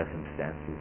circumstances